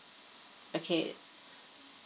okay